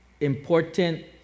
important